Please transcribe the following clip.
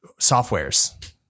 softwares